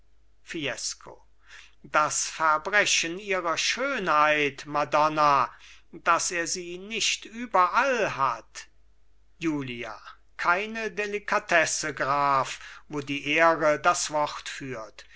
fiesco das verbrechen ihrer schönheit madonna daß er sie nicht überall hat julia keine delikatesse graf wo die ehre das wort führt